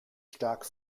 stark